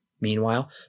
Meanwhile